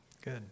Good